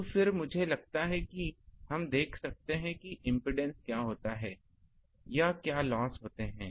अब फिर मुझे लगता है कि हम देख सकते हैं कि इम्पीडेन्स क्या होता है या क्या लॉस होते है